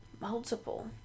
Multiple